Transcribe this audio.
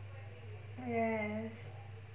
yes